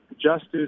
justice